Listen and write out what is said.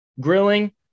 Grilling